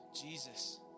Jesus